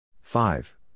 Five